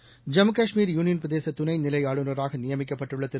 seconds Jammu Kashmir union பிரதேசதுணைநிலைஆளுநராகநியமிக்கப்பட்டுள்ளதிரு